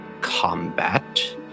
combat